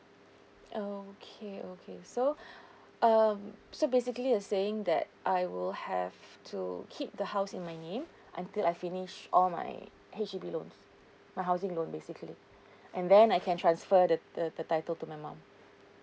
okay okay so um so basically you're saying that I will have to keep the house in my name until I finish all my H_D_B loans my housing loan basically and then I can transfer the the the title to my mum